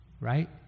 right